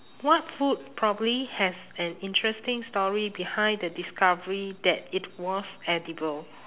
what food probably has an interesting story behind the discovery that it was edible